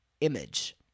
image